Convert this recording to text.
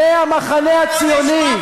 זה המחנה הציוני?